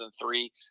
three